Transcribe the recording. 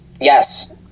yes